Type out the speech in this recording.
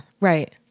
right